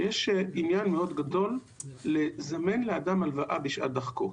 שיש עניין מאוד גדול לזמן לאדם הלוואה בשעת דחקו.